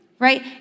right